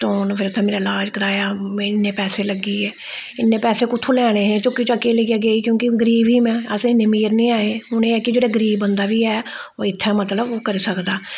stone न फिर उत्थै मेरा लाज कराया में इन्नै पैसे लग्गी गे इन्नै पैसे कुत्थूं लैने हे चुक्की चक्कियै लेइयै गेई क्यूंकि गरीब ही में अस इन्नै अमीर निं ऐ हे हून एह् है कि जेह्ड़ा गरीब बंदा बी है ओह् इत्थै मतलब ओह् करी सकदा